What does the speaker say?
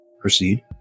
Proceed